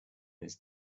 this